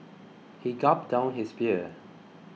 he gulped down his beer